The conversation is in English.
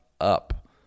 up